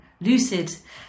lucid